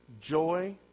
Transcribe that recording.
joy